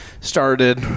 Started